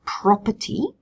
property